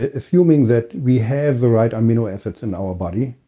ah assuming that we have the right amino acids in our body,